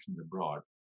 abroad